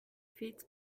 feeds